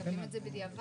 ראינו את זה בדיעבד.